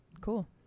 cool